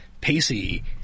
Pacey